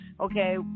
okay